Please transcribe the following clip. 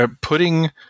putting